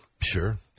Sure